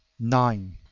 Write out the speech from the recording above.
nine.